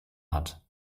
hat